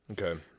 Okay